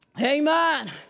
amen